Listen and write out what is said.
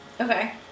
Okay